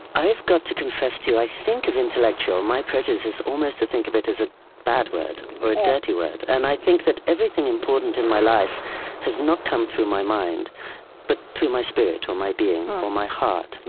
i've got to confess to you, i think of intellectual my prejudice is almost to think of it as a bad word or a dirty word. and i think that everything important in my life has not come through my mind but through my spirit or my being or my heart.